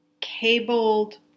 cabled